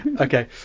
Okay